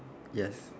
yes